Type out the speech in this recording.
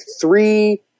three